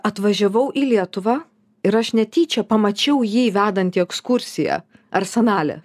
atvažiavau į lietuvą ir aš netyčia pamačiau jį vedantį ekskursiją arsenale